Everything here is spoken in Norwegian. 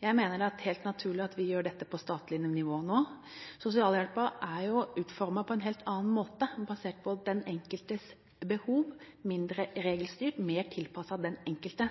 Jeg mener det er helt naturlig at vi gjør dette på statlig nivå nå. Sosialhjelpen er utformet på en helt annen måte, basert på den enkeltes behov, mindre regelstyrt og mer tilpasset den enkelte.